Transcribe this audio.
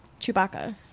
chewbacca